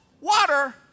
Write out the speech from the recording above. water